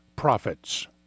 Profits